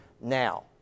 now